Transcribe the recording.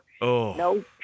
no